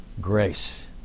grace